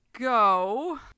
go